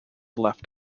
left